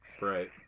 Right